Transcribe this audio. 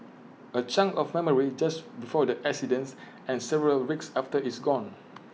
A chunk of memory just before the accidents and several weeks after is gone